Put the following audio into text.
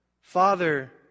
Father